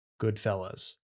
Goodfellas